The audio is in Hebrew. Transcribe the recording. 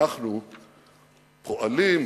ואנחנו פועלים,